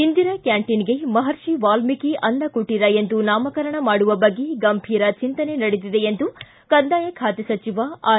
ಇಂದಿರಾ ಕ್ಯಾಂಟೀನ್ಗೆ ಮಹರ್ಷಿ ವಾಲ್ಮೀಕಿ ಅನ್ನ ಕುಟೀರ ಎಂದು ನಾಮಕರಣ ಮಾಡುವ ಬಗ್ಗೆ ಗಂಭೀರ ಚಿಂತನೆ ನಡೆದಿದೆ ಎಂದು ಕಂದಾಯ ಖಾತೆ ಸಚಿವ ಆರ್